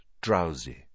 drowsy